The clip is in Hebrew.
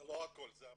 זה לא הכל, זו הבעיה.